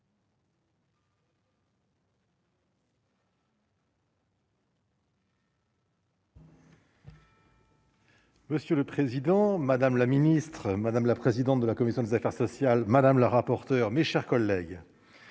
Monsieur le président, madame la ministre, madame la présidente de la commission des affaires sociales, madame la rapporteure, mes chers collègues,